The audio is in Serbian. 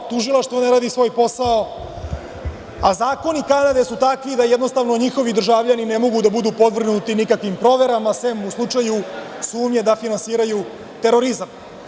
Tužilaštvo ne radi svoj posao, a zakoni Kanade su takvi da njihovi državljani ne mogu da budu podvrgnuti nikakvim proverama sem u slučaju sumnje da finansiraju terorizam.